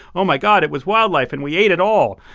oh my god, it was wildlife and we ate it all.